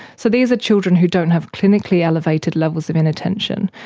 so these are children who don't have clinically elevated levels of inattention,